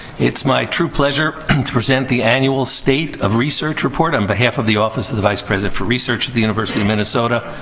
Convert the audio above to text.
it's my true pleasure and to present the annual state of research report on behalf of the office of the vice president for research at the university of minnesota.